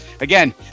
Again